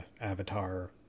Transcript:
Avatar